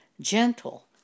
gentle